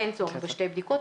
אין צורך בשתי בדיקות.